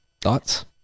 Thoughts